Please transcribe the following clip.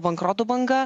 bankroto banga